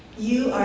you